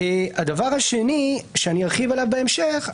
אמירה שנייה שאני ארחיב עליה בהמשך.